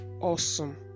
awesome